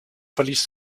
verließ